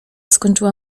skończyła